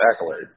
accolades